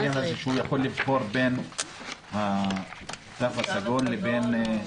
את העניין הזה שהוא יכול לבחור בין התו הסגול לבין 30%?